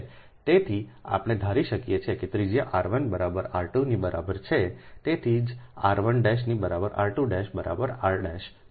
તેથી આપણે ધારી રહ્યા છીએ કે ત્રિજ્યા r 1 બરાબર r 2 ની બરાબર છે તેથી જ r1' ની બરાબર r2 બરાબર r છે